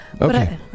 Okay